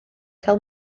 cael